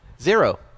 Zero